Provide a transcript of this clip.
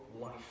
life